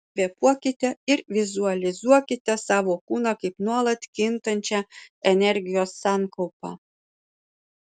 kvėpuokite ir vizualizuokite savo kūną kaip nuolat kintančią energijos sankaupą